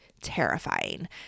terrifying